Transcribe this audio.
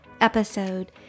episode